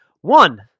One